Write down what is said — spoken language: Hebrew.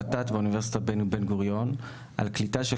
ות"ת ואוניברסיטת בן-גוריון על קליטה בהדרגה